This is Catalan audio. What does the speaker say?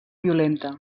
violenta